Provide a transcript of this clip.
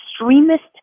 extremist